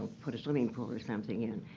put a swimming pool or something in.